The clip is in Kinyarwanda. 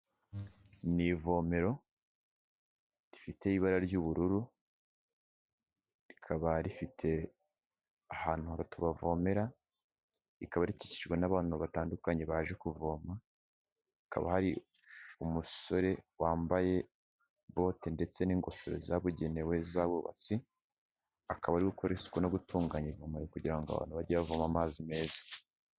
Ni ivomero rifite ibara ry'ubururu rikaba rifite ahantu abantu bavomera rikaba rikikijwe n'abantu batandukanye baje kuvoma, hakaba hari umusore wambaye bote ndetse n'ingofero zabugenewe z'abubatsi, akaba ariko gukora isuku no gutunganya ivomero kugira ngo abantu bajye bavoma amazi meza.